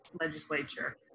legislature